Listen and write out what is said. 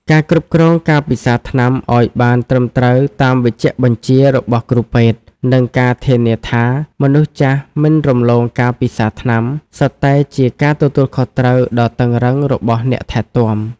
ការគ្រប់គ្រងការពិសាថ្នាំឱ្យបានត្រឹមត្រូវតាមវេជ្ជបញ្ជារបស់គ្រូពេទ្យ និងការធានាថាមនុស្សចាស់មិនរំលងការពិសាថ្នាំ សុទ្ធតែជាការទទួលខុសត្រូវដ៏តឹងរ៉ឹងរបស់អ្នកថែទាំ។